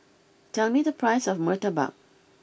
tell me the price of Murtabak